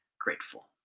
grateful